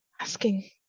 Asking